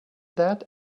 that